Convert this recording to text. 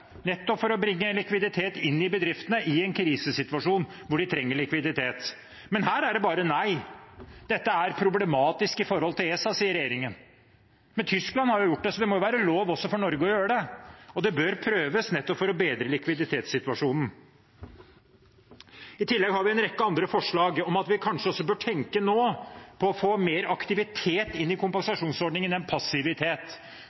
nettopp for å bringe likviditet inn i bedriftene i en krisesituasjon hvor de trenger likviditet, men her er det bare nei. Dette er problematisk med hensyn til ESA, sier regjeringen, men Tyskland har gjort det, så det må jo være lov også for Norge å gjøre det. Det bør prøves nettopp for å bedre likviditetssituasjonen. I tillegg har vi en rekke andre forslag om at vi kanskje også nå bør tenke på å få mer aktivitet inn i